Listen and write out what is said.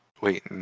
Wait